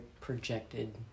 projected